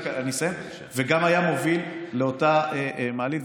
וגם היה מוביל לאותה מעלית.